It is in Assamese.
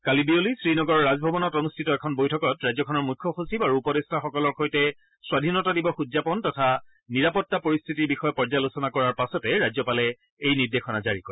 কালি বিয়লি শ্ৰীনগৰৰ ৰাজভৱনত অনুষ্ঠিত এখন বৈঠকত ৰাজ্যখনৰ মুখ্য সচিব আৰু উপদেষ্টাসকলৰ সৈতে স্বধীনতা দিৱস উদ্যাপন তথা নিৰাপত্তা পৰিস্থিতিৰ বিষয়ে পৰ্যালোচনা কৰাৰ পাছতে ৰাজ্যপালে এই নিৰ্দেশনা জাৰি কৰে